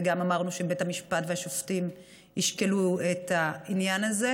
וגם אמרנו שבית המשפט והשופטים ישקלו את העניין הזה,